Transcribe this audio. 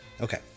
Okay